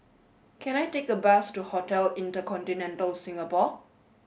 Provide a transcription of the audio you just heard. can I take a bus to Hotel Inter Continental Singapore